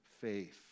faith